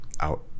out